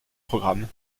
programmes